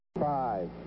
Five